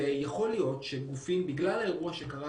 ויכול להיות שגופים בגלל האירוע שקרה